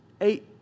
Eight